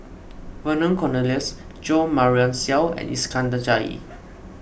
Vernon Cornelius Jo Marion Seow and Iskandar Jalil